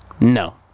no